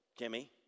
Kimmy